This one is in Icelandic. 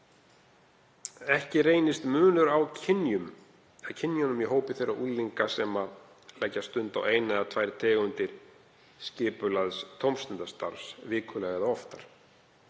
Ekki reynist munur á kynjunum í hópi þeirra unglinga sem leggja stund á eina eða tvær tegundir skipulagðs tómstundastarfs vikulega eða oftar.